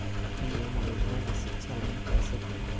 PM योजना में शिक्षा लोन कैसे करें?